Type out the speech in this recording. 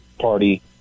party